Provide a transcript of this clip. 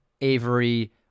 Avery